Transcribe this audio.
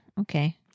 okay